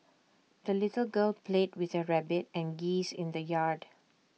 the little girl played with her rabbit and geese in the yard